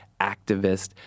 activist